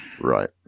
Right